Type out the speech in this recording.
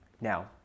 Now